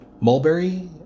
Mulberry